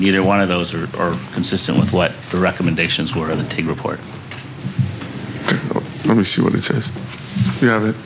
either one of those are or consistent with what the recommendations were of the report let me see what it says i